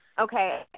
Okay